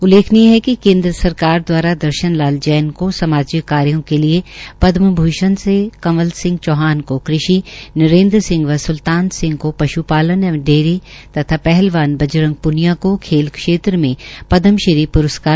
उल्लेखनीय है कि केन्द्र सरकार दवारा दर्शन लाल जैन को सामाजिक कार्यों के लिए पदमभूषण से कंवल सिंह चौहान को क़षि नरेंद्र सिंह व स्लतान सिंह को पश्पालन एवं डेयरी तथा पहलवान बजरंग प्रनिया को खेल क्षेत्र में पद्मश्री प्रस्कार से सम्मानित किया गया है